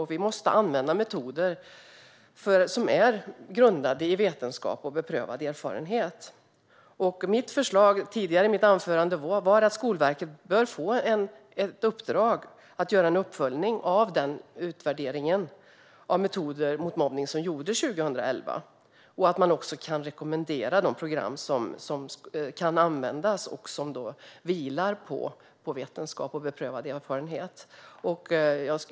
Vi måste använda metoder som är grundade i vetenskap och beprövad erfarenhet. I mitt anförande tidigare var mitt förslag att Skolverket bör få ett uppdrag att göra en uppföljning av den utvärdering av metoder mot mobbning som gjordes 2011 och att det också kan rekommendera de program som kan användas och som vilar på vetenskap och beprövad erfarenhet.